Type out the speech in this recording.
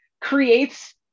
creates